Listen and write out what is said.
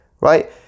right